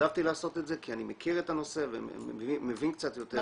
התנדבתי לעשות את זה כי אני מכיר את הנושא ומבין קצת יותר.